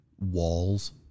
walls